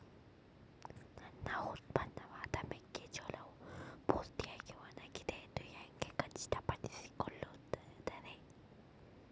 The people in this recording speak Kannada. ನನ್ನ ಉತ್ಪನ್ನವಾದ ಮೆಕ್ಕೆಜೋಳವು ಪೂರ್ತಿಯಾಗಿ ಒಣಗಿದೆ ಎಂದು ಹ್ಯಾಂಗ ಖಚಿತ ಪಡಿಸಿಕೊಳ್ಳಬಹುದರೇ?